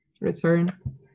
return